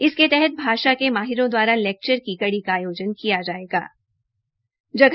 इसके तहत भाषा के माहिरों द्वारा लेक्चर की कड़ी का आयोजन किया जायेगा